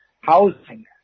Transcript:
housing